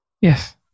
Yes